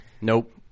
Nope